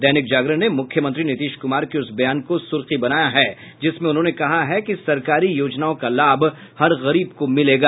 दैनिक जागरण ने मुख्यमंत्री नीतीश कुमार के उस बयान को सुर्खी बनाया है जिसमें उन्होंने कहा है कि सरकारी योजनाओं का लाभ हर गरीब को मिलेगा